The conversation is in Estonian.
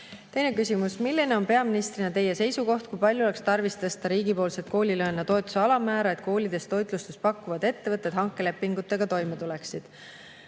Teine küsimus: "Milline on peaministrina Teie seisukoht, kui palju oleks tarvis tõsta riigipoolset koolilõuna toetuse alammäära, et koolides toitlustust pakkuvad ettevõtted hankelepingutega toime tuleksid?"